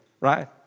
right